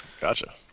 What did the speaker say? Gotcha